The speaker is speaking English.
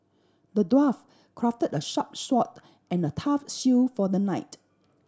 the dwarf crafted a sharp sword and a tough shield for the knight